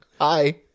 Hi